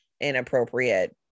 inappropriate